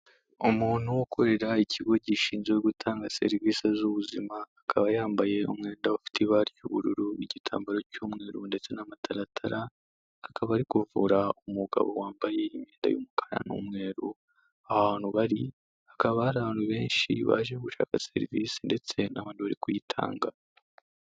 Umuntu ukorera ikigo gishinzwe gutanga serivisi z'ubuzima, akaba yambaye umwenda ufite ibara ry'ubururu, igitambaro cy'umweru ndetse n'amataratara, akaba ari kuvura umugabo wambaye imyenda y'umukara n'umweru, aho hantu bari hakaba hari abantu benshi baje gushaka serivisi ndetse n' abantu bari kuyitanga.